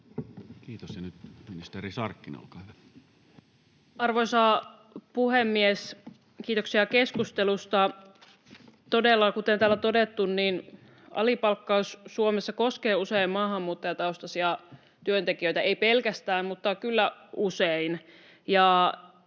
muuttamisesta Time: 16:23 Content: Arvoisa puhemies! Kiitoksia keskustelusta. — Todella, kuten täällä on todettu, alipalkkaus Suomessa koskee usein maahanmuuttajataustaisia työntekijöitä, ei pelkästään, mutta kyllä usein.